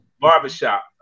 barbershop